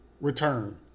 return